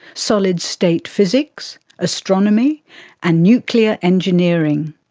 solid-state physics, astronomy and nuclear engineering.